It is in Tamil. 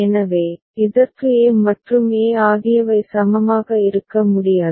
எனவே இதற்கு a மற்றும் e ஆகியவை சமமாக இருக்க முடியாது